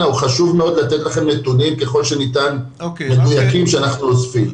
חשוב מאוד לתת לכם נתונים ככל שניתן --- שאנחנו אוספים.